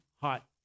hot